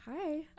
Hi